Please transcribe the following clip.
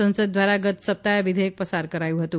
સસદ દ્વારા ગત સપ્તાહે આ વિધેયક પસાર કરાયું હતું